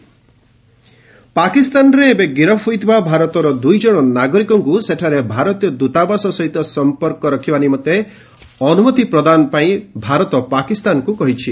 India Pak ପାକିସ୍ତାନରେ ଏବେ ଗିରଫ ହୋଇଥିବା ଭାରତର ଦୂଇ ଜଣ ନାଗରିକଙ୍କୁ ସେଠାରେ ଭାରତୀୟ ଦୂତାବାସ ସହିତ ସମ୍ପର୍କ ରଖିବା ନିମନ୍ତେ ଅନୁମତି ଦେବାପାଇଁ ଭାରତ ପାକିସ୍ତାନକୁ କହିଛି